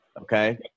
okay